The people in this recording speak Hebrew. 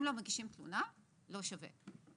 אם לא מגישים תלונה, לא שווה.